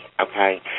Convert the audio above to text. okay